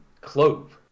clove